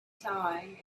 time